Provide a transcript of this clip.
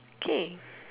K